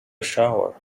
shower